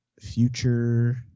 future